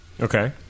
Okay